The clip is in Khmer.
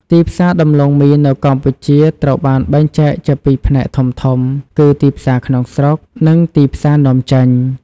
ទីផ្សារដំឡូងមីនៅកម្ពុជាត្រូវបានបែងចែកជាពីរផ្នែកធំៗគឺ ទីផ្សារក្នុងស្រុក និង ទីផ្សារនាំចេញ។